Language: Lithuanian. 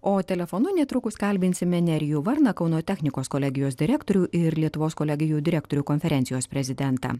o telefonu netrukus kalbinsime nerijų varną kauno technikos kolegijos direktorių ir lietuvos kolegijų direktorių konferencijos prezidentą